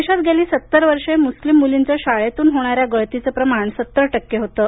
देशात गेली सत्तर वर्षे मुस्लीम मुलींचं शाळेतून होणाऱ्या गळतीचं प्रमाण सत्तर टक्के होतं